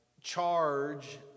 charge